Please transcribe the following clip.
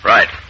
Right